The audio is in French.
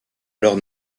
alors